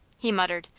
he muttered,